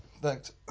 Thanks